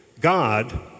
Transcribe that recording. God